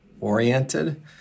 oriented